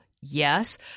Yes